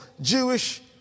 Jewish